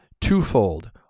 twofold